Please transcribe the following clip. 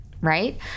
right